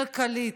כלכלית,